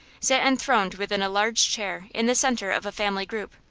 sat enthroned within a large chair in the center of a family group.